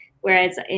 Whereas